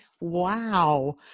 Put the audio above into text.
wow